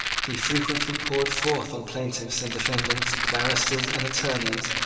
he frequently poured forth on plaintiffs and defendants, barristers and attorneys,